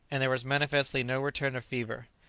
and there was manifestly no return of fever.